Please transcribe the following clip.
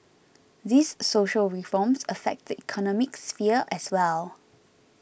these social reforms affect the economic sphere as well